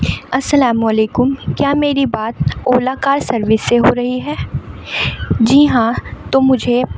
السلام علیکم کیا میری بات اولا کار سروس سے ہو رہی ہے جی ہاں تو مجھے